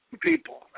People